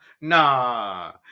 nah